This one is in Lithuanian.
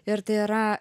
ir tai yra